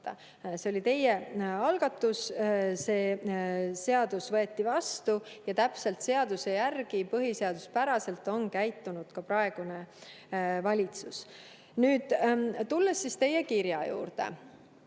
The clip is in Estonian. See oli teie algatus, see seadus võeti vastu ja täpselt selle seaduse järgi ja ka põhiseaduspäraselt on käitunud praegunegi valitsus. Nüüd, tulles teie kirja juurde,